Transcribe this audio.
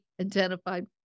identified